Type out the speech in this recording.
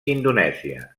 indonèsia